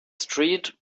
street